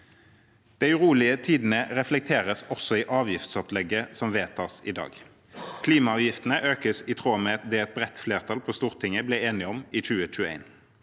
De urolige tidene reflekteres også i avgiftsopplegget som vedtas i dag. Klimaavgiftene økes i tråd med det et bredt flertall på Stortinget ble enige om i 2021.